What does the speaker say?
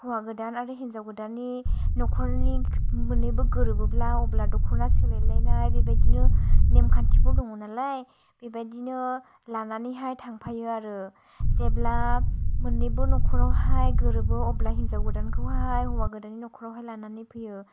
हौवा गोदान आरो हिन्जाव गोदाननि नखरनि मोन्नैबो गोरोबोब्ला अब्ला दख'ना सोलायलायनाय बिबायदिनो नेम खान्थिबो दं नालाय बेबायदिनो लानानैहाय थांफायो आरो जेब्ला मोन्नैबो नखरावहाय गोरोबो अब्ला हिन्जाव गोदानखौहाय हौवागोदाननि नखरावहाय लानानै फैयो